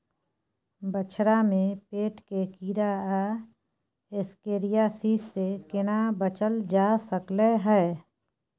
बछरा में पेट के कीरा आ एस्केरियासिस से केना बच ल जा सकलय है?